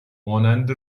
مانند